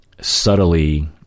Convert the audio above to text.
subtly